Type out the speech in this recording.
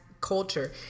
culture